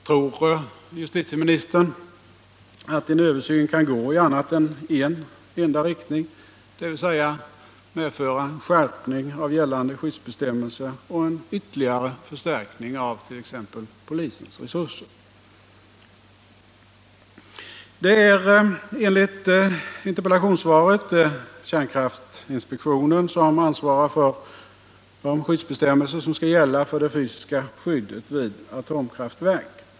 Tror justitieministern att en översyn kan gå i annat än en enda riktning, dvs. medföra skärpning av gällande skyddsbestämmelser och ytterligare förstärkning av t.ex. polisens resurser? Det är enligt interpellationssvaret kärnkraftinspektionen som ansvarar för de skyddsbestämmelser som skall gälla för det fysiska skyddet vid atomkraftverk.